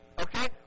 okay